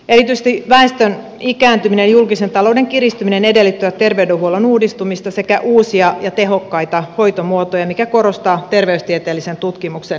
erityisesti väestön ikääntyminen ja julkisen talouden kiristyminen edellyttävät terveydenhuollon uudistumista sekä uusia ja tehokkaita hoitomuotoja mikä korostaa terveystieteellisen tutkimuksen merkitystä